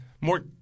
more –